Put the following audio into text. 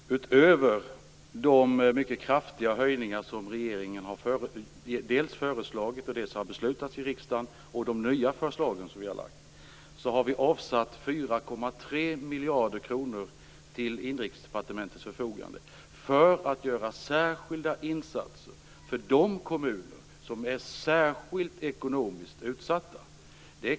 Fru talman! Utöver de mycket kraftiga höjningar som dels föreslagits av regeringen, dels beslutats i riksdagen har vi avsatt 4,3 miljarder kronor till Inrikesdepartementets förfogande för att kunna göra särskilda insatser för de kommuner som är särskilt ekonomiskt utsatta.